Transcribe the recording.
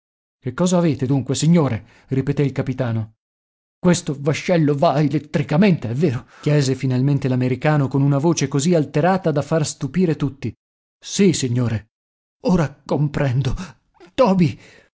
che cosa avete dunque signore ripeté il capitano questo vascello va elettricamente è vero chiese finalmente l'americano con una voce così alterata da far stupire tutti sì signore ora comprendo toby